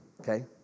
Okay